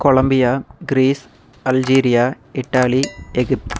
Colombia Greece Algeria Italy Egypt